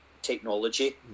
Technology